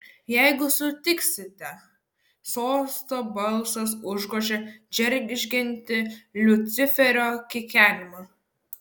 jeigu sutiksite sosto balsas užgožė džeržgiantį liuciferio kikenimą